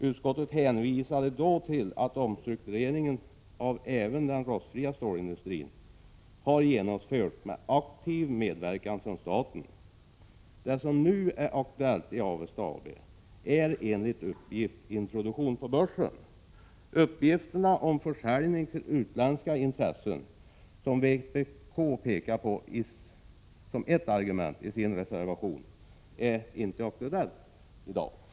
Utskottet hänvisade till att omstruktureringen även av rostfritt-stål-industrin har genomförts med aktiv medverkan från staten. Det som nu är aktuellt i Avesta AB är enligt uppgift introduktion på börsen. Försäljning till utländska intressen, som vpk pekar på som ett argument i sin reservation, är inte aktuell i dag.